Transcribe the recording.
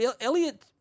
Elliot